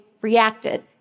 reacted